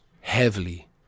heavily